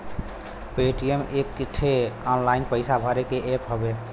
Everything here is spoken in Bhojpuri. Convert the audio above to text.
पेटीएम एक ठे ऑनलाइन पइसा भरे के ऐप हउवे